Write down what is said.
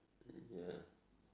mm ya